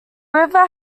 river